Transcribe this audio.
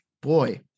boy